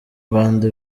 rwanda